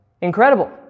Incredible